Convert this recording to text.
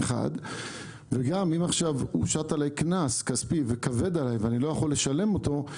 גם אם עכשיו הושת עלי קנס כספי וכבד עלי ואני לא יכול לשלם אותו,